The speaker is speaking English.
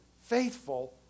faithful